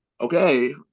okay